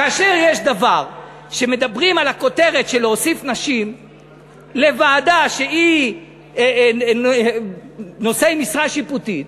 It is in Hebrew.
כאשר מדברים על הכותרת של להוסיף נשים לוועדה שהיא נושאי משרה שיפוטית,